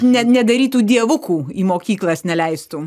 ne nedaryt tų dievukų į mokyklas neleistų